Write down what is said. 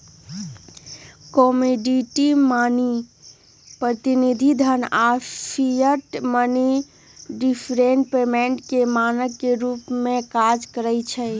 commodity money, प्रतिनिधि धन आऽ फिएट मनी डिफर्ड पेमेंट के मानक के रूप में काज करइ छै